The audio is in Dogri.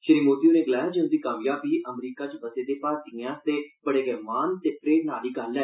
श्री मोदी होरें गलाया जे उंदी कामयाबी अमरीका च बसे दे भारतीयें लेई बड़े गै मान ते प्रेरणा आहली गल्ल ऐ